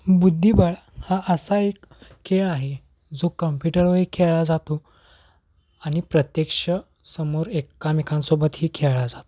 बुद्धिबळ हा असा एक खेळ आहे जो कम्प्युटरवरही खेळला जातो आणि प्रत्यक्ष समोर एकमेकांसोबतही खेळला जातो